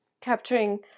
capturing